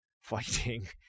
fighting